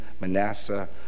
Manasseh